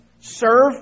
Serve